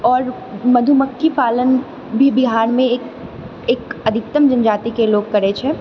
आओर मधुमख्खी पालन भी बिहारमे एक एक अधिकतम जनजातिके लोग करैत छै